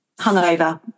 hungover